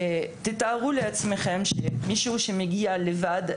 תתארו לעצמכם שמישהו שמגיע לבד,